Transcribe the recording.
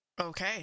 Okay